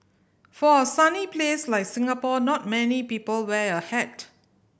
for a sunny place like Singapore not many people wear a hat